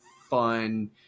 fun